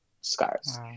scars